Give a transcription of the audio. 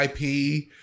IP